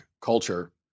culture